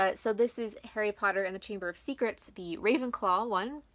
ah so this is harry potter and the chamber of secrets, the ravenclaw one,